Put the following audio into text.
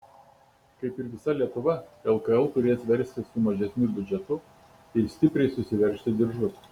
kaip ir visa lietuva lkl turės verstis su mažesniu biudžetu ir stipriai susiveržti diržus